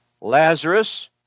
Lazarus